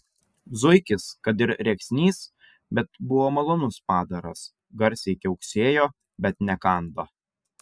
zuikis kad ir rėksnys bet buvo malonus padaras garsiai kiauksėjo bet nekando